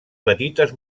petites